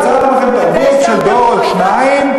יצרתם לכם תרבות של דור או שניים,